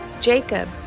Jacob